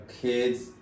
kids